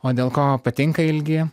o dėl ko patinka ilgi